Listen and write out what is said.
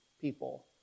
people